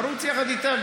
תרוץ יחד איתה.